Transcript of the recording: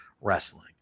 wrestling